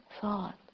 thought